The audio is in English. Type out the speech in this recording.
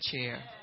chair